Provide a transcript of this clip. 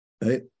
Right